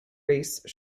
race